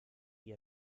ihr